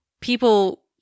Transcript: people